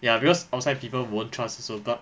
ya because outside people won't trust this product